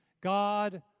God